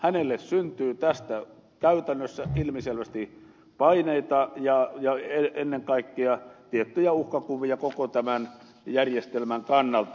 hänelle syntyy tästä käytännössä ilmiselvästi paineita ja ennen kaikkea tulee tiettyjä uhkakuvia koko tämän järjestelmän kannalta